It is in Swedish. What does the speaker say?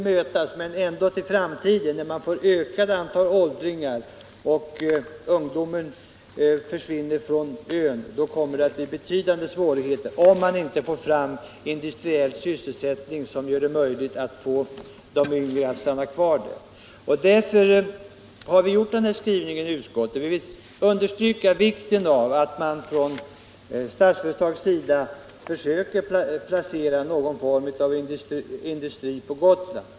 När man i framtiden får ett ökat antal åldringar och ungdomen försvinner från ön, då kommer det att bli betydande svårigheter — om man inte får fram industriell sysselsättning som gör det möjligt att få de yngre att stanna kvar på Gotland. Därför har vi i utskotwet gjort den här skrivningen, där vi understryker vikten av att Statsföretag försöker placera någon form av industri på Gotland.